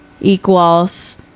equals